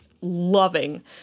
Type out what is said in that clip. loving